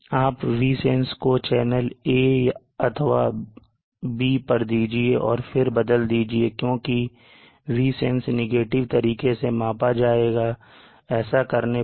आप Vsense को channel A या B पर दीजिए और फिर बदल दीजिए क्योंकि Vsense नेगेटिव तरीके से मापा जाएगा ऐसा करने पर